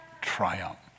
triumph